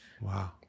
Wow